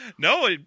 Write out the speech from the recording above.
No